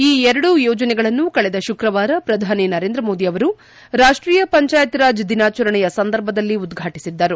ಈ ಎರಡೂ ಯೋಜನೆಗಳನ್ನು ಕಳೆದ ಶುಕ್ರವಾರ ಪ್ರಧಾನಿ ನರೇಂದ್ರ ಮೋದಿ ಅವರು ರಾಷ್ಷೀಯ ಪಂಚಾಯತ್ ರಾಜ್ ದಿನಾಚರಣೆಯ ಸಂದರ್ಭದಲ್ಲಿ ಉದ್ವಾಟಿಸಿದ್ದರು